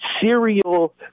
serial